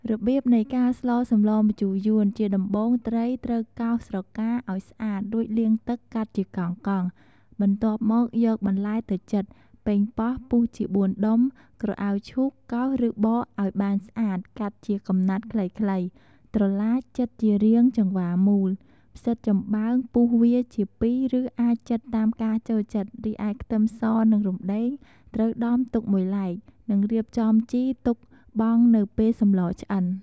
រប្រៀបនៃការស្លសម្លម្ជូរយួន ជាដំបូងត្រីត្រូវកោសស្រកាឱ្យស្អាតរួចលាងទឹកកាត់ជាកង់ៗ បន្ទាប់មកយកបន្លែទៅចិត ប៉េងប៉ោះពុះជាបួនដុំ ក្រអៅឈូកកោតឬបកឱ្យបានស្អាតកាត់ជាកំណាត់ខ្លីៗ ត្រឡាចចិតជារាងចង្វាមូល ផ្សីតចំបើងពុះវាជាពីរឬអាចចិតតាមការចូលចិត្ត រីឯខ្ទឹមសនិងរំដេងត្រូវដំទុកមួយឡែក និងរៀបចំជីទុកបង់នៅពេលសម្លឆ្អិន។